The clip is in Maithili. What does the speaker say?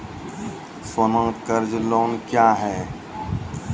सोना कर्ज लोन क्या हैं?